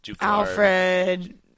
Alfred